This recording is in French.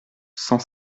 cent